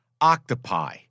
octopi